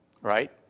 Right